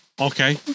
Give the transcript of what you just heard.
okay